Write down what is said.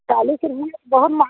चालिस रूपये तो बहुत महँगा